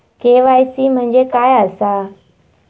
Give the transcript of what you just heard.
KYC म्हणजे काय आसा?